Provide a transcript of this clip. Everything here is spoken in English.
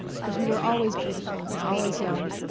but who were always beautiful and always young.